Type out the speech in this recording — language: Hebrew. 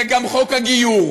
זה גם חוק הגיור,